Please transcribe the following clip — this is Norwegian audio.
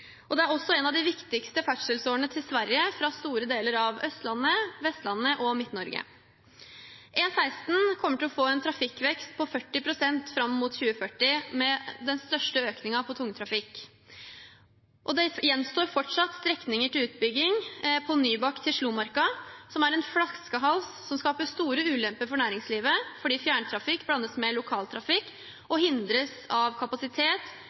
og det er også en av de viktigste ferdselsårene til Sverige fra store deler av Østlandet, Vestlandet og Midt-Norge. E16 kommer til å få en trafikkvekst på 40 pst. fram mot 2040, med den største økningen på tungtrafikk, og det gjenstår fortsatt strekninger til utbygging på strekningen Nybakk–Slomarka, som er en flaskehals som skaper store ulemper for næringslivet fordi fjerntrafikk blandes med lokaltrafikk og hindres av kapasitet,